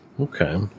Okay